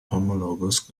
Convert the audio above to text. homologous